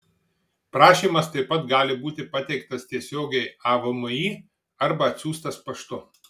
prašymas taip pat gali būti pateiktas tiesiogiai avmi arba atsiųstas paštu